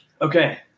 Okay